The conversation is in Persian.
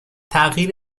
تغییر